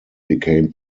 became